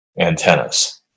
Antennas